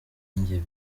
jye